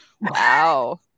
Wow